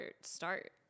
start